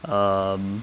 um